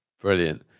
brilliant